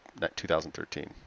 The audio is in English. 2013